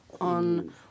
on